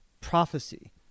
prophecy